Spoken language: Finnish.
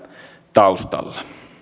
taustalla turvallisuus on todella